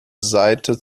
seite